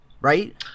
Right